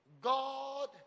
god